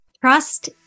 Trust